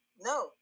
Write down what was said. No